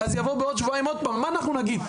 יבואו בעוד שבועיים עוד פעם ואז מה אנחנו נגיד?